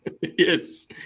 yes